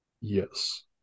Yes